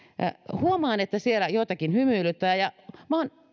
huomaan että siellä joitakin hymyilyttää ja minä olen